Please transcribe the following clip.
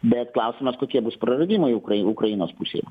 bet klausimas kokie bus praradimai ukrai ukrainos pusėje